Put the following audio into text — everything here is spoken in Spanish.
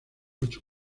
ocho